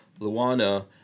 Luana